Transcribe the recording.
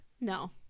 No